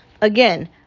again